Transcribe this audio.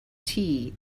tea